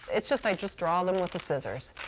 it's just, i just draw them with a scissors.